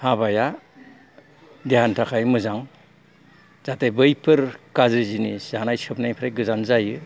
हाबाया देहानि थाखाय मोजां जाहाथे बैफोर गाज्रि जिनिस जानाय सोबनायनिफ्राय गोजान जायो